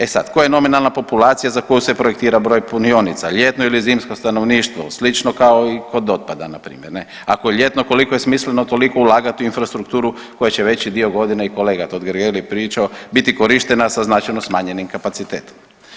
E sad, koja je nominalna populacija za koju se projektira broj punionica, ljetno ili zimsko stanovništvo, slično kao i kod otpada ne, ako je ljetno koliko je smisleno toliko ulagati u infrastrukturu koja će veći dio godine i kolega Totgergeli pričao biti korištena sa značajno smanjenim kapacitetom.